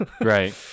Right